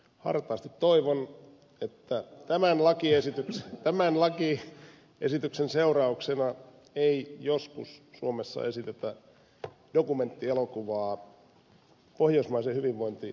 hartaasti toivon että tämän lakiesityksen seurauksena ei joskus suomessa esitetä dokumenttielokuvaa pohjoismaisen hyvinvointivaltion haudalla